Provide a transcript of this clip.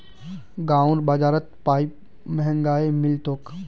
गांउर बाजारत पाईप महंगाये मिल तोक